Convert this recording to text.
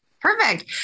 Perfect